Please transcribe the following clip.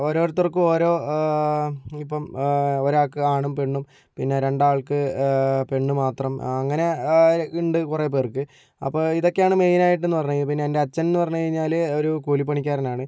ഓരോർത്തക്കും ഓരോ ഇനിയിപ്പോൾ ഒരാൾക്ക് ആണും പെണ്ണും പിന്നെ രണ്ടാൾക്ക് പെണ്ണ് മാത്രം അങ്ങനെ ഉണ്ട് കുറേ പേർക്ക് അപ്പോൾ ഇതൊക്കെയാണ് മെയിനായിട്ട് എന്ന് പറഞ്ഞ് കഴിഞ്ഞാൽ പിന്നെ എന്റെ അച്ഛൻ എന്ന് പറഞ്ഞ് കഴിഞ്ഞാൽ ഒരു കൂലിപ്പണിക്കാരനാണ്